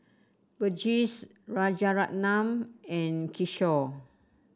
Verghese Rajaratnam and Kishore